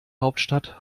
hauptstadt